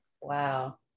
Wow